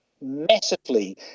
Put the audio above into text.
massively